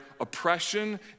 oppression